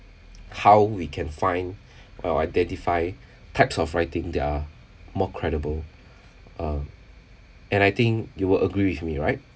how we can find or identify types of writing that are more credible uh and I think you will agree with me right